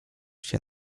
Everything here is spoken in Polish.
się